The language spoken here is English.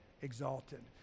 exalted